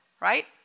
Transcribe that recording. right